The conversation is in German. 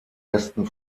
besten